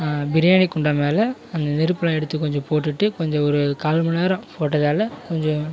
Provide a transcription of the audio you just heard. பிரியாணி குண்டான் மேலே அந்த நெருப்பெலாம் எடுத்து கொஞ்சம் போட்டுவிட்டு கொஞ்சம் ஒரு கால் மணி நேரம் போட்டதால் கொஞ்சம்